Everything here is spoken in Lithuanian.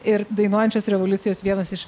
ir dainuojančios revoliucijos vienas iš